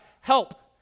help